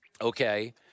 okay